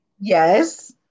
Yes